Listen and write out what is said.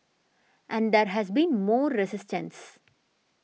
and there has been more resistance